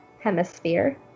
hemisphere